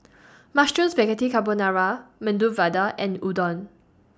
Mushroom Spaghetti Carbonara Medu Vada and Udon